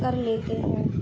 کر لیتے ہیں